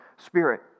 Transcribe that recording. Spirit